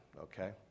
Okay